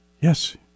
Yes